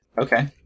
Okay